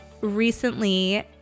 recently